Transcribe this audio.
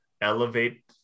elevate